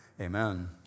Amen